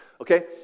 Okay